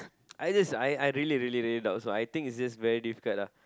I just I I really really doubt so I think it's just very difficult lah